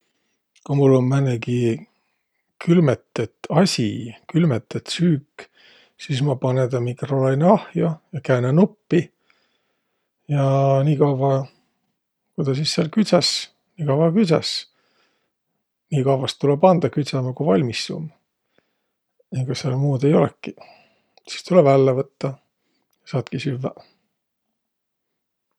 Ku mul um määnegi külmetet asi, külmetet süük, si ma panõ tä mikrolainõahjo ja käänä nuppi. Ja niikavva, ku tä sis sääl küdsäs, niikavva küdsäs. Niikavvas tulõ panda küdsämä, ku valmis um. Egaq sääl muud ei olõkiq. Sis tulõ vällä võttaq. Saatki süvväq.